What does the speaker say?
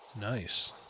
Nice